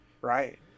Right